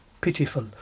pitiful